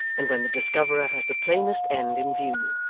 and when the discoverer has the plainest end in view.